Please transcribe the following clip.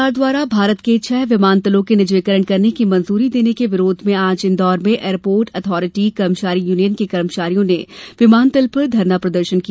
हुड़ताल केंद्र सरकार द्वारा भारत के छह विमानतलों के निजीकरण करने की मंजूरी देने के विरोध में आज इंदौर में एयरपोर्ट अथॉरिटी कर्मचारी यूनियन के कर्मचारियों ने विमानतल पर धरना प्रदर्शन किया